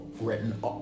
written